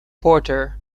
porter